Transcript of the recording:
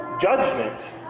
Judgment